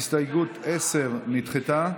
הסתייגות 10 נדחתה.